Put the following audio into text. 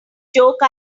joke